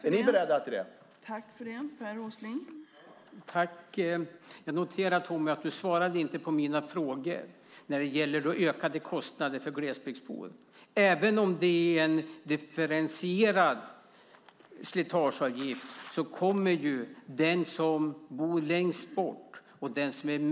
Är ni beredda till detta?